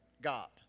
God